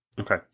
Okay